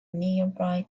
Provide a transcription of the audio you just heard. nearby